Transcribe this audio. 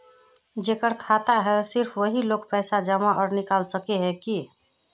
जेकर खाता है सिर्फ वही लोग पैसा जमा आर निकाल सके है की?